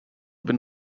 been